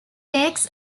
cakes